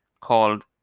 called